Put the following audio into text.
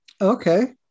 Okay